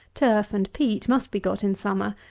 turf and peat must be got in summer,